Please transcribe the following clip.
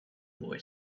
boy